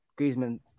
Griezmann